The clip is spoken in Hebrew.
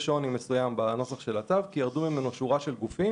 יש שוני מסוים בנוסח הצו כי ירדו ממנו שורה של גופים